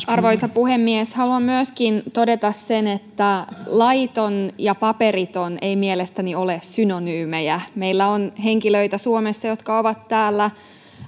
arvoisa puhemies haluan myöskin todeta sen että laiton ja paperiton eivät mielestäni ole synonyymejä meillä on suomessa henkilöitä jotka ovat täällä